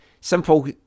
simple